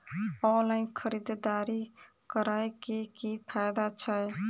Online खरीददारी करै केँ की फायदा छै?